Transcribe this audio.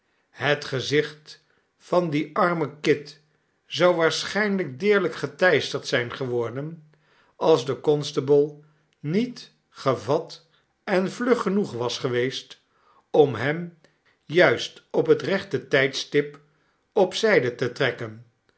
het gezicht van dien armen kit zou waarschijnlijk deerlijk geteisterd zijn geworden als de constable niet gevat en vlug genoeg was geweest om hem juist op het rechte tijdstip op z'y'de te trekken